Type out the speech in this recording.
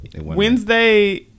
Wednesday